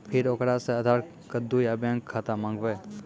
फिर ओकरा से आधार कद्दू या बैंक खाता माँगबै?